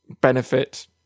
benefit